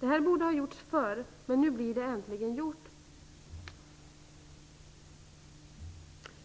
Det här borde ha gjorts tidigare, men nu blir det äntligen gjort.